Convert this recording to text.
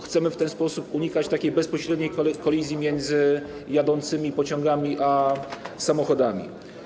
Chcemy w ten sposób unikać takiej bezpośredniej kolizji między jadącymi pociągami a samochodami.